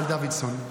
דוידסון,